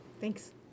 Thanks